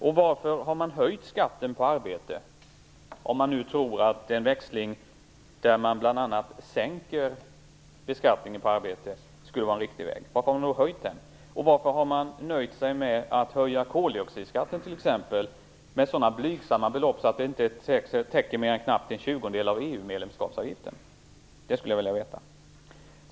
Och varför har man höjt skatten på arbete, om man nu tror att en växling där bl.a. beskattningen på arbete sänks skulle vara en riktig väg? Varför har man då höjt den? Och varför har man nöjt sig med att höja koldioxidskatten med sådana blygsamma belopp så att det inte täcker mer än knappt en tjugondel av EU-medlemskapsavgiften? Det skulle jag vilja veta.